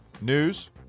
News